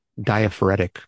diaphoretic